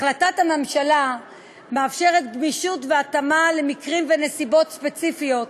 החלטת הממשלה מאפשרת גמישות והתאמה למקרים ונסיבות ספציפיים,